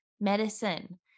medicine